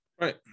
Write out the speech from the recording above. right